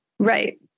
Right